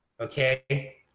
okay